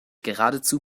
geradezu